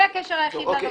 זה הקשר היחיד לנושא.